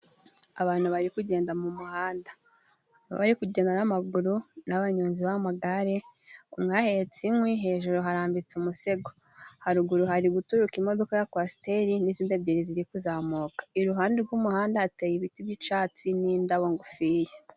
Abantu bari kugenda mu muhanda bari kugenda n'amaguru, n'abanyonzi b'amagare, umwe ahetse inkwi, hejuru harambitse umusego. Haruguru hari guturuka imodoka ya kwasiteri, n'izindi ebyiri ziri kuzamuka. Iruhande gw'umuhanda hateye ibiti by'icatsi n'indabo ngufiya.